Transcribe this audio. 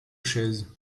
chaises